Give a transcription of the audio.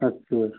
अच्छा